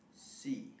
C